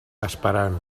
esperant